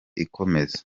ikomeza